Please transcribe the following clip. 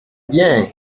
bien